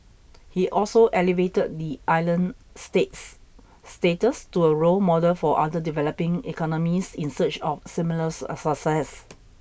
he also elevated the island state's status to a role model for other developing economies in search of similar success